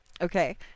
Okay